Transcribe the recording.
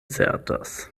certas